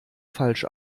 falsch